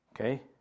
Okay